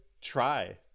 try